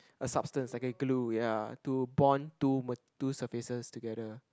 a substance like a glue ya to bond two ma~ two surfaces together